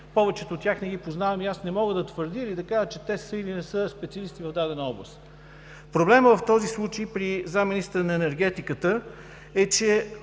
Повечето от тях не ги познавам и не мога да твърдя, че те са или не са специалисти в дадена област. Проблемът в този случай със заместник-министъра на енергетиката е, че